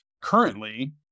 currently